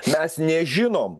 mes nežinom